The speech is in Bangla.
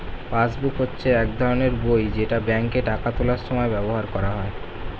পাসবুক হচ্ছে এক ধরনের বই যেটা ব্যাংকে টাকা তোলার সময় ব্যবহার করা হয়